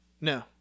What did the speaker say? No